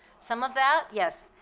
some of that yes,